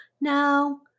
No